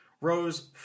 rose